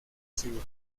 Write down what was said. cirugía